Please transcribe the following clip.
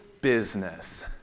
business